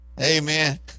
Amen